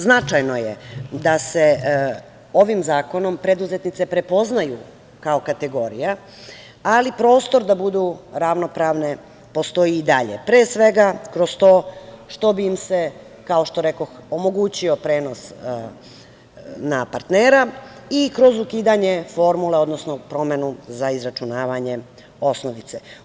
Značajno je da se ovim zakonom preduzetnice prepoznaju kao kategorija, ali prostor da budu ravnopravne postoji i dalje, pre svega, kroz to što bi im se, kao što rekoh, omogućio prenos na partnera i kroz ukidanje formule, odnosno promenu za izračunavanje osnovice.